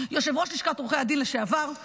יושב-ראש לשכת עורכי הדין לשעבר,